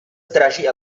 zdraží